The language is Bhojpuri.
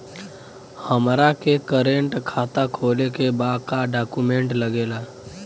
हमारा के करेंट खाता खोले के बा का डॉक्यूमेंट लागेला?